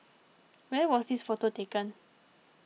where was this photo taken